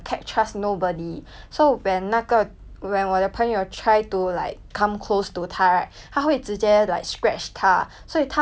when 我的朋友 try to like come close to 它 right 它会直接 like scratch 她所以她的手 ah 脚 ah 全部都有那个